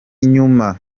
nyuma